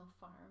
farm